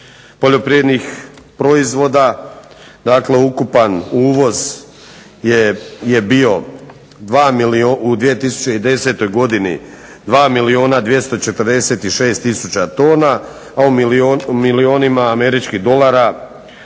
poljoprivrednih proizvoda. Dakle, ukupan uvoz je bio u 2010. godini 2 milijuna 246 tisuća tona, a u milijunima američkih dolara